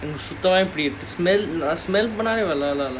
smell uh smell பண்ணவே:pannavae